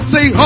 Say